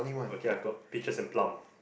okay I've got peaches and plum